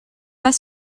pas